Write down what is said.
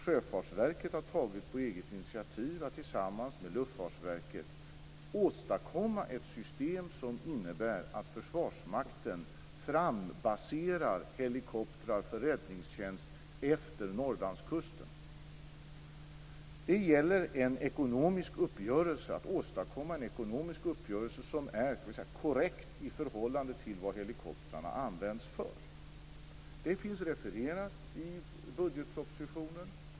Sjöfartsverket har tagit ett eget initiativ till att tillsammans med Luftfartsverket åstadkomma ett system som innebär att Försvarsmakten frambaserar helikoptrar för räddningstjänst efter Norrlandskusten. Det gäller att åstadkomma en ekonomisk uppgörelse som är korrekt i förhållande till vad helikoptrarna används för. Det finns refererat i budgetpropositionen.